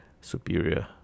Superior